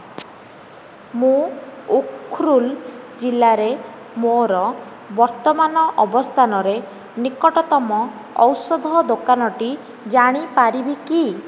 ମୁଁ ଉଖ୍ରୁଲ୍ ଜିଲ୍ଲାରେ ମୋର ବର୍ତ୍ତମାନ ଅବସ୍ଥାନର ନିକଟତମ ଔଷଧ ଦୋକାନଟି ଜାଣିପାରିବି କି